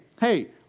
hey